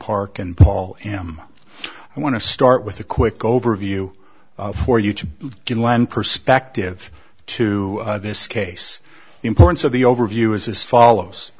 park and paul m i want to start with a quick overview for you to glenn perspective to this case the importance of the overview is as follows